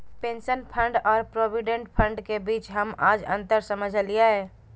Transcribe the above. pension fund और provident fund के बीच हम आज अंतर समझलियै